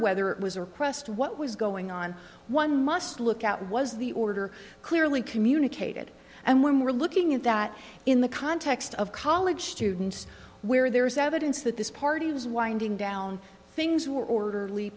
whether it was a request what was going on one must look out was the order clearly communicated and when we're looking at that in the context of college students where there is evidence that this party was winding down things were orderly